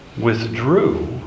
withdrew